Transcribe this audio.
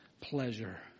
pleasure